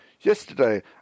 yesterday